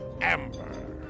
Amber